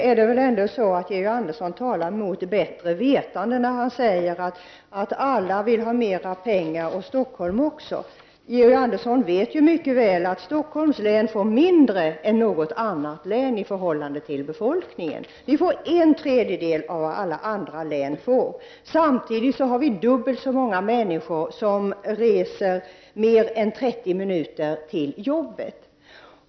Fru talman! Nu talar Georg Andersson mot bättre vetande när han säger att alla vill ha mer pengar, också Stockholms län. Georg Andersson vet mycket väl att Stockholms län får mindre än något annat län i förhållande till befolkningen. Stockholms län får en tredjedel av vad alla andra län får. Samtidigt har Stockholms län dubbelt så många människor som reser mer än 30 minuter till arbetet.